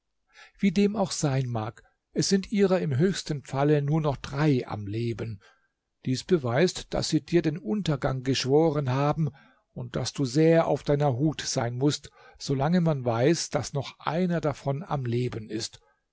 wie dem auch sein mag es sind ihrer im höchsten falle nur noch drei am leben dies beweist daß sie dir den untergang geschworen haben und daß du sehr auf deiner hut sein mußt solange man weiß daß noch einer davon am leben ist